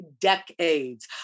decades